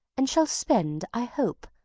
and shall spend, i hope,